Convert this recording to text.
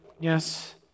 Yes